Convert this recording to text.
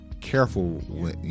careful